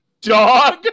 dog